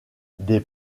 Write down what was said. des